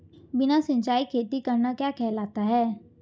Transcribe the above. बिना सिंचाई खेती करना क्या कहलाता है?